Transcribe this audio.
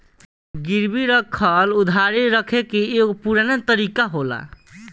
गिरवी राखल उधारी रखे के एगो पुरान तरीका होला